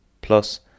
plus